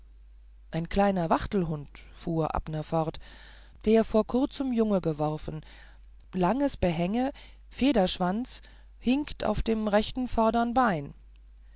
ein kleiner wachtelhund fuhr abner fort der vor kurzem junge geworfen langes behänge federschwanz hinkt auf dem rechten vordern bein